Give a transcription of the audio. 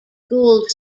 gould